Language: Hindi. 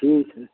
ठीक है